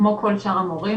כמו כל שאר המורים,